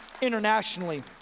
internationally